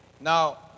Now